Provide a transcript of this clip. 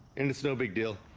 and it's no big deal.